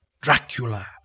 Dracula